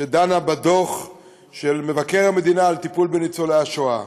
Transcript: שדנה בדוח מבקר המדינה על טיפול בניצולי השואה,